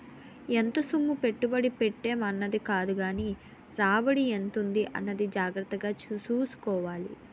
ఎంత సొమ్ము పెట్టుబడి ఎట్టేం అన్నది కాదుగానీ రాబడి ఎంతుంది అన్నది జాగ్రత్తగా సూసుకోవాలి